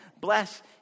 Bless